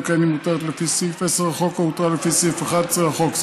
כן היא מותרת לפי סעיף 10 לחוק או הותרה לפי סעיף 11 לחוק.